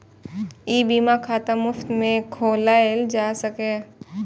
ई बीमा खाता मुफ्त मे खोलाएल जा सकैए